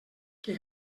qui